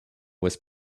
was